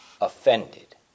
offended